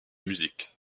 musique